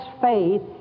faith